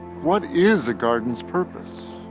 what is a garden's purpose?